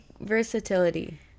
versatility